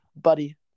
buddy